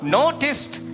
noticed